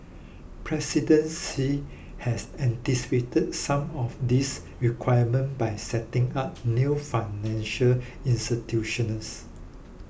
President Xi has anticipated some of these requirements by setting up new financial institutions